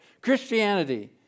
Christianity